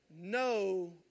No